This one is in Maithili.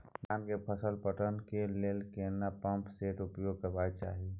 धान के फसल पटवन के लेल केना पंप सेट उपयोग करबाक चाही?